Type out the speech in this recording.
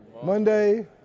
Monday